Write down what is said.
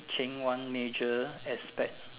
change one major aspect